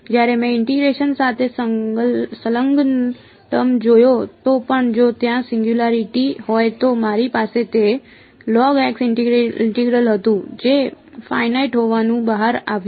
જ્યારે મેં ઇન્ટીગ્રેશન સાથે સંલગ્ન ટર્મ જોયો તો પણ જો ત્યાં સિંગયુંલારીટી હોય તો મારી પાસે તે ઇન્ટિગ્રલ હતું જે ફાઇનાઇટ હોવાનું બહાર આવ્યું